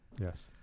Yes